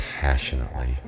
passionately